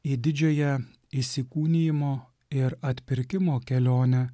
į didžiąją įsikūnijimo ir atpirkimo kelionę